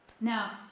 Now